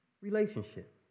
relationship